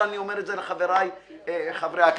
אני אומר את זה לחבריי חברי הכנסת.